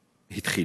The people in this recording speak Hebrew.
התחיל.